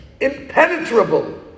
impenetrable